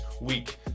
week